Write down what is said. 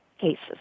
cases